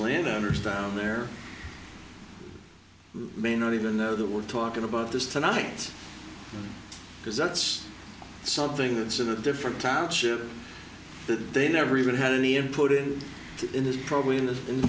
landowners down there may not even though they were talking about this tonight because that's something that's in a different township that they never even had any and put it in this probably in the in the